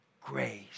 grace